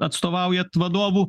atstovaujat vadovų